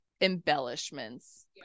embellishments